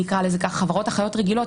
חברות אחיות רגילות,